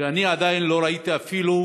ועדיין לא ראיתי אפילו